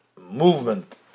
movement